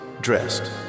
dressed